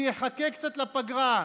שיחכה קצת לפגרה,